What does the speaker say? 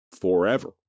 forever